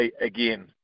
again